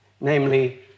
namely